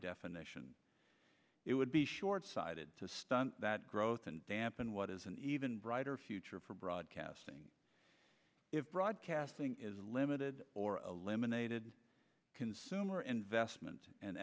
definition it would be shortsighted to stunt that growth and dampen what is an even brighter future for broadcasting if broadcasting is limited or a lemonade consumer investments and